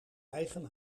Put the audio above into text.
eigen